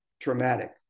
traumatic